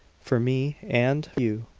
for me, and for you!